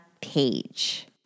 page